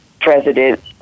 president